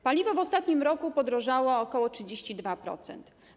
Paliwa w ostatnim roku podrożały o ok. 32%.